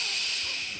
ששש.